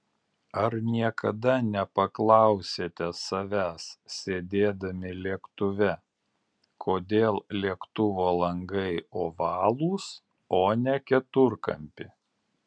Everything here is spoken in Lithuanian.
ar niekada nepaklausėte savęs sėdėdami lėktuve kodėl lėktuvo langai ovalūs o ne keturkampi